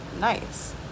nice